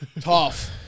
tough